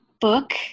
book